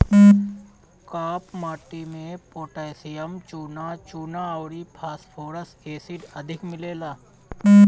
काप माटी में पोटैशियम, चुना, चुना अउरी फास्फोरस एसिड अधिक मिलेला